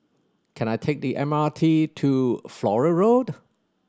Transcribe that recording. can I take the M R T to Flora Road